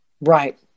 Right